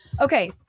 Okay